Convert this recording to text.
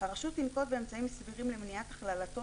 הרשות תנקוט באמצעים סבירים למניעת הכללתו,